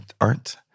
Art